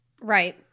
Right